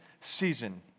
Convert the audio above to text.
season